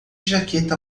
jaqueta